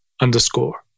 underscore